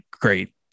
great